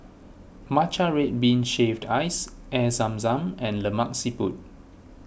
Matcha Red Bean Shaved Ice Air Zam Zam and Lemak Siput